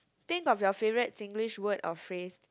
think about your favourite Singlish word or phrase